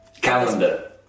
Calendar